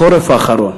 החורף האחרון